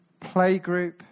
Playgroup